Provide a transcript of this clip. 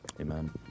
Amen